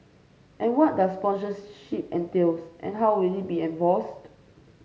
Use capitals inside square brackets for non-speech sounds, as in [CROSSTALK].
and what does [UNINTELLIGIBLE] entail and how will it be enforced